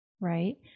right